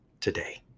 today